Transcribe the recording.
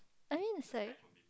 I mean is like